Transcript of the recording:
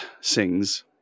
sings